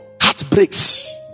heartbreaks